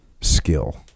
skill